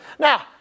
Now